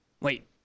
Wait